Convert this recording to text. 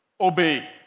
obey